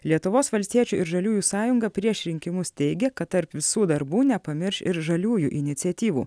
lietuvos valstiečių ir žaliųjų sąjunga prieš rinkimus teigė kad tarp visų darbų nepamirš ir žaliųjų iniciatyvų